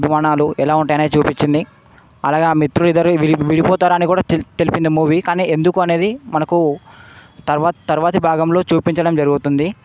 అభిమానాలు ఎలా ఉంటాయి అనేది చూపించింది అలాగే ఆ మిత్రులు ఇద్దరూ విడిపోతారని కూడా తెల్ తెలిపింది మూవీ కానీ ఎందుకు అనేది మనకు తర్వాత్ తర్వాతి భాగంలో చూపించడం జరుగుతుంది